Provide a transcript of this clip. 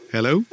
Hello